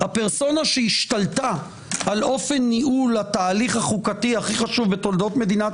הפרסונה שהשתלטה על אופן ניהול התהליך החוקתי הכי חשוב בתולדות מדינת